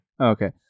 Okay